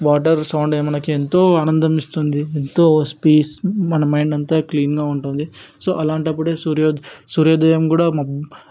water సౌండే మనకి ఎంతో ఆనందం ఇస్తుంది ఎంతో పీస్ మన మైండ్ అంతా క్లీన్గా ఉంటుంది సో అలాంటప్పుడే సూర్యో సూర్యోదయం కూడా